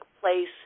place